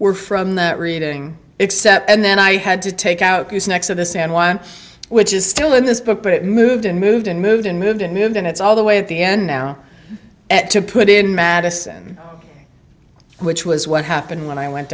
were from the reading except and then i had to take out these next of this and one which is still in this book but it moved and moved and moved and moved and moved and it's all the way at the end now at to put in madison which was what happened when i went